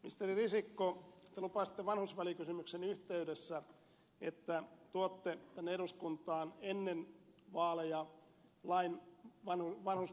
ministeri risikko te lupasitte vanhusvälikysymyksen yhteydessä että tuotte tänne eduskuntaan ennen vaaleja lain vanhuspalveluista